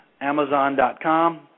Amazon.com